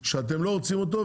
שאתם לא רוצים אותו,